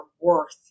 worth